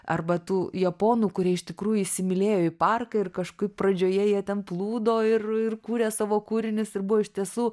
arba tų japonų kurie iš tikrųjų įsimylėjo į parką ir kažkaip pradžioje jie ten plūdo ir ir kūrė savo kūrinius ir buvo iš tiesų